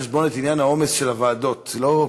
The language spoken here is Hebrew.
ההצעה להעביר את הנושא לוועדת הכלכלה נתקבלה.